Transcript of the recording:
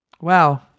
Wow